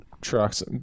trucks